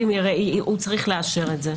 המשפטים צריך לאשר את זה?